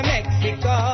Mexico